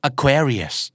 Aquarius